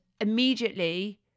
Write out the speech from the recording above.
immediately